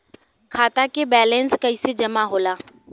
खाता के वैंलेस कइसे जमा होला?